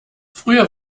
früher